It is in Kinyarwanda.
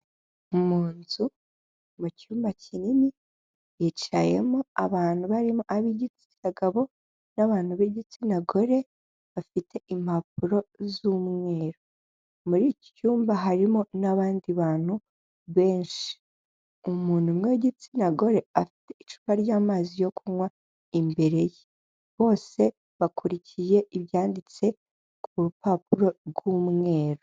Mu nzu, mu cyumba kinini hicayemo abantu barimo ab'igitsina gabo n'abantu b'igitsina gore, bafite impapuro z'umweru. Muri iki cyumba harimo n'abandi bantu benshi. Umuntu umwe w'igitsina gore, afite icupa ry'amazi yo kunywa imbere ye. Bose bakurikiye ibyanditse ku rupapuro rw'umweru.